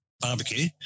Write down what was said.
barbecue